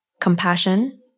compassion